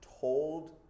told